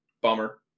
Bummer